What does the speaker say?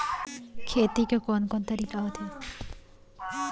खेती के कोन कोन तरीका होथे?